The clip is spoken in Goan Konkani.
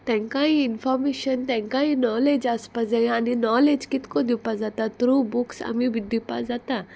तेंकांय इन्फॉर्मेशन तेंकांय नॉलेज आसपा जाय आनी नॉलेज कितको दिवपा जाता थ्रू बुक्स आमी बी दिवपा जाता